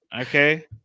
Okay